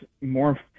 more